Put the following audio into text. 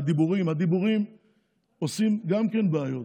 הדיבורים עושים גם כן בעיות,